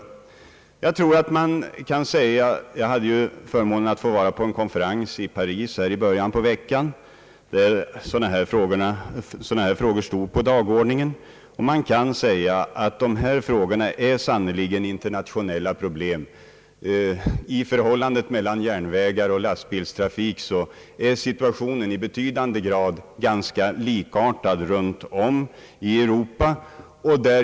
Jag hade förmånen att vara med på en konferens i Paris i början av veckan, där sådana här frågor stod på dagordningen, och det kan sägas att dessa frågor sannerligen är internationella problem. Vad beträffar förhållandet mellan järnvägstrafik och lastbilstrafik är situationen i betydande grad ganska likartad runtom i Europa.